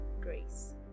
Grace